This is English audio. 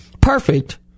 perfect